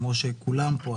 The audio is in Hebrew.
כמו כולם פה.